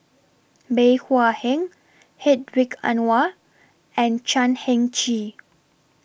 Bey Hua Heng Hedwig Anuar and Chan Heng Chee